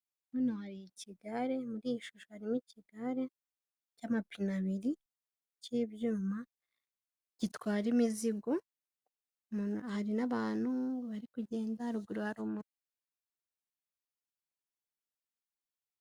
Hano hari ikigare, muri iyi shusho harimo ikigare cy'amapine abiri cy'ibyuma, gitwara imizigo hari n'abantu bari kugenda.